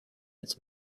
his